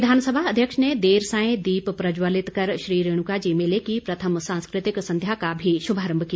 विधानसभा अध्यक्ष ने देर सांय दीप प्रज्जवलित कर श्री रेणुका जी मेले की प्रथम सांस्कृतिक संध्या का भी शुभारंभ किया